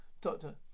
Doctor